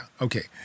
Okay